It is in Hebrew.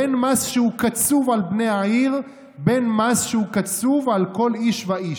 בין מס שהוא קצוב על בני העיר בין מס שהוא קצוב על כל איש ואיש",